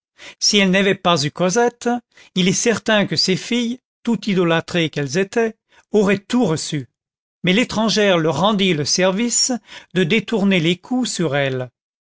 si elle n'avait pas eu cosette il est certain que ses filles tout idolâtrées qu'elles étaient auraient tout reçu mais l'étrangère leur rendit le service de détourner les coups sur elle